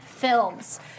Films